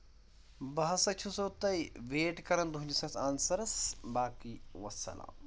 بہٕ ہَسا چھُسو تۄہہِ ویٹ کَرَان تُہنٛدِس یتھ آنسَرَس باقٕے وَسلام